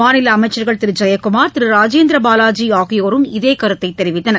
மாநில அமைச்சர்கள் திரு ஜெயக்குமார் திரு ராஜேந்திர பாலாஜி ஆகியோரும் இதே கருத்தை தெரிவித்தனர்